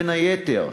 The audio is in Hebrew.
בין היתר,